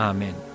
Amen